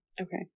Okay